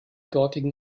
dortigen